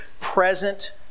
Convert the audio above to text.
present